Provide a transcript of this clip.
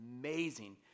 amazing